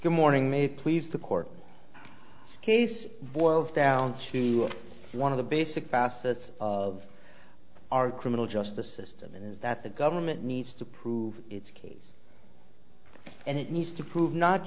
good morning me please the court case boils down to one of the basic facets of our criminal justice system is that the government needs to prove its case and it needs to prove not